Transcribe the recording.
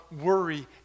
worry